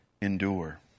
Endure